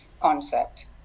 concept